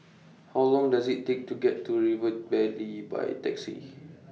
How Long Does IT Take to get to River Valley By Taxi